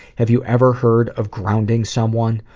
have you ever heard of grounding someone?